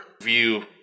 view